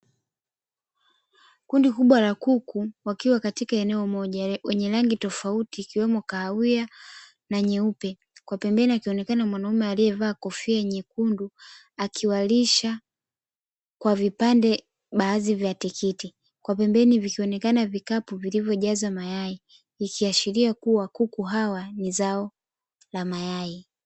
Kundi kubwa la kuku wakiwa katika eneo moja wenye rangi tofauti ikiwemo kaawia na nyeupe kwa pembeji akionekana mwanaume alievaa kofia nyekundu akiwalisha kwa vipande baadhi ya tikiti, kwa pembeni vikionekana vikapu vilivyojaza mayai ikiashiria kuwa kuku hawa ni zao la mayai.